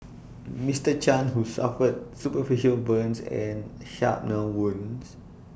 Mister chan who suffered superficial burns and shrapnel wounds